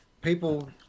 People